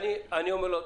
--- אני מתקשר ואומר לו,